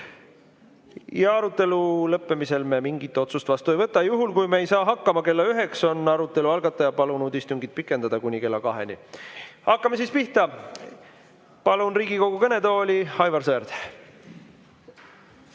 ära. Arutelu lõppemisel me mingit otsust vastu ei võta. Juhul kui me ei saa hakkama kella üheks, on arutelu algataja palunud istungit pikendada kuni kella kaheni. Hakkame siis pihta. Palun Riigikogu kõnetooli Aivar Sõerdi.